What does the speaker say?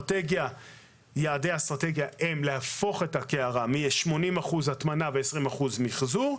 יעדי האסטרטגיה הם להפוך את הקערה מ-80% הטמנה ו-20% מחזור,